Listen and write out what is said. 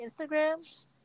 Instagram